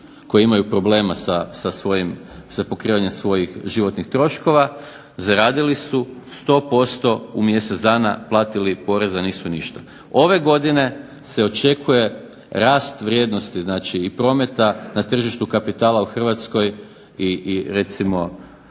koji imaju problema sa svojim, sa pokrivanjem svojih životnih troškova, zaradili su 100% u mjesec dana, platili poreza nisu ništa. Ove godine se očekuje rast vrijednosti, znači i prometa na tržištu kapitala u Hrvatskoj i recimo